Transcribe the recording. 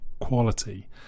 quality